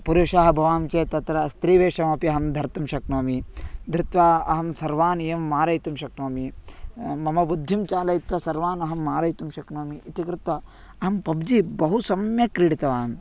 पुरुषः भवामि चेत् तत्र स्त्रीवेषमपि अहं धर्तुं शक्नोमि धृत्वा अहं सर्वानेव मारयितुं शक्नोमि मम बुद्धिं चालयित्वा सर्वान् अहं मारयितुं शक्नोमि इति कृत्वा अहं पब्जि बहु सम्यक् क्रीडितवान्